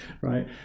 right